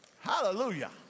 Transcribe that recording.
Hallelujah